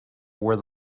where